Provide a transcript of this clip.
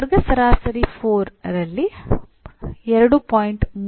ವರ್ಗ ಸರಾಸರಿ 4 ರಲ್ಲಿ 2